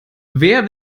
wer